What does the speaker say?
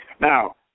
Now